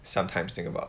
sometimes think about